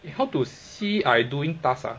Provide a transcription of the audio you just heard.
eh how to see I doing task ah